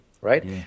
Right